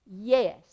Yes